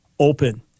Open